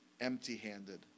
empty-handed